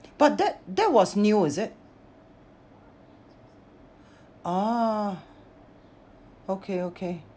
but that that was new is it orh okay okay